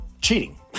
cheating